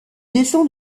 descend